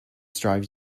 strived